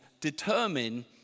determine